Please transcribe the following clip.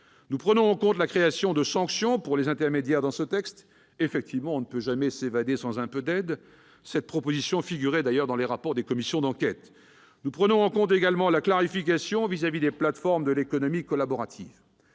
Nous prenons acte de la création de sanctions contre les intermédiaires dans ce texte. De fait, on ne peut jamais s'évader sans un peu d'aide ... Cette proposition figurait d'ailleurs dans les rapports des commissions d'enquête. Nous prenons également acte de la clarification opérée concernant les plateformes de l'économie collaborative.